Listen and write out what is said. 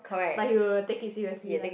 but he will take it seriously lah